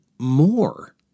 More